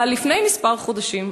אבל לפני כמה חודשים,